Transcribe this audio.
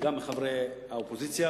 וגם מחברי האופוזיציה,